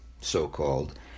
so-called